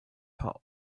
pouch